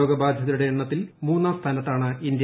രോഗ ബാധിതരുടെ എണ്ണത്തിൽ മൂന്നാം സ്ഥാനത്താണ് ഇന്ത്യ